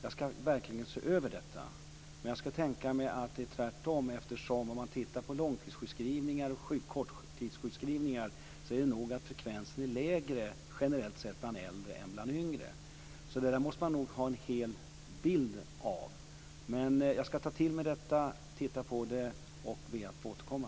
Jag ska verkligen se över detta, men frekvensen av långtids och korttidssjukskrivningar är nog generellt sett lägre bland äldre än bland yngre. Man måste ha en helhetsbild av detta. Jag ska ta till mig detta, titta på det och be att få återkomma.